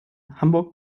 hamburg